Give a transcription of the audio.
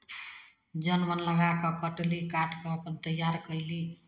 जन बोनि लगा कऽ कटली काटि कऽ अपन तैयार कयली